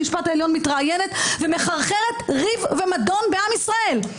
בית המשפט העליון מתראיינת ומחרחרת ריב ומדון בעם ישראל,